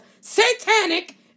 satanic